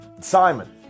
Simon